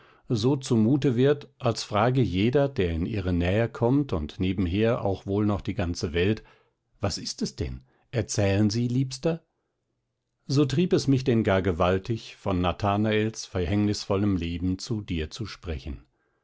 so zumute wird als frage jeder der in ihre nähe kommt und nebenher auch wohl noch die ganze welt was ist es denn erzählen sie liebster so trieb es mich denn gar gewaltig von nathanaels verhängnisvollem leben zu dir zu sprechen